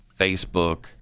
facebook